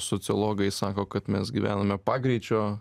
sociologai sako kad mes gyvename pagreičio